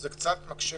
זה קצת מקשה,